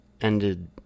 ended